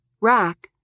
Rack